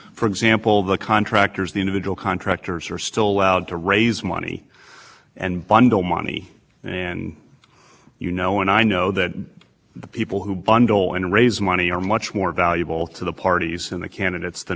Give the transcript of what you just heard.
well i think i think congress attacked forcefully the most direct danger and that is money coming from the person who is actually receiving the contract being used to make a campaign contribution so it is true that other means of